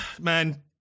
man